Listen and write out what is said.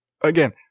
again